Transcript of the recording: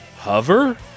hover